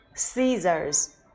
scissors